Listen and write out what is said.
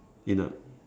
in a